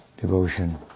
devotion